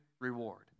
reward